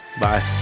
Bye